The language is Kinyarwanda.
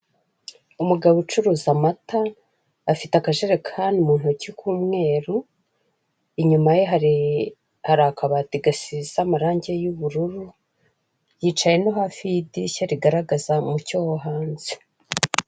Umugabo ucuruza amata, afite akajerekani mu ntoki k'umweru, inyuma ye hari akabati gasize amarange ry'ubururu, yicaye no hafi y'idirishya rigaragaza umucyo wo hanze.